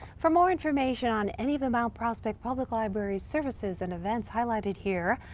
for more information on any of the mount prospect public library's services and events highlighted here,